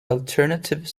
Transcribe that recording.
alternative